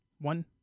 one